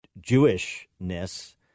Jewishness